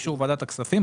באישור וועדת הכספים,